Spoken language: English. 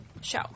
show